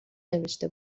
نوشته